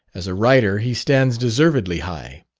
as a writer he stands deservedly high.